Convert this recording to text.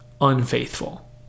unfaithful